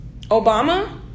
Obama